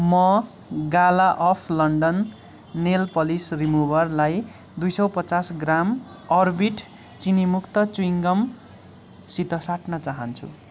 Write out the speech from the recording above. म gala of London nail polish रिमुभरलाई दुई सय पचास ग्राम अर्बिट चिनीमुक्त चिविङ गमसित साट्न चहान्छु